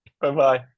Bye-bye